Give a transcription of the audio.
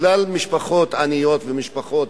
בגלל משפחות עניות ומשפחות